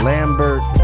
Lambert